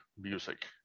music